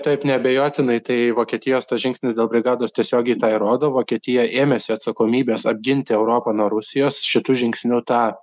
taip neabejotinai tai vokietijos tas žingsnis dėl brigados tiesiogiai tą ir rodo vokietija ėmėsi atsakomybės apginti europą nuo rusijos šitu žingsniu tą